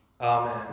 Amen